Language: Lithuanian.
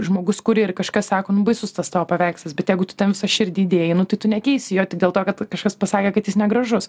žmogus kuri ir kažkas sako nu baisus tas tavo paveikslas bet jeigu tu ten visą širdį įdėjai nu tai tu nekeisi jo tik dėl to kad kažkas pasakė kad jis negražus